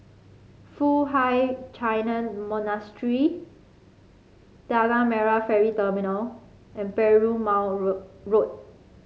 Foo Hai Ch'an Monastery Tanah Merah Ferry Terminal and Perumal Road Road